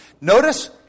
Notice